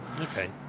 Okay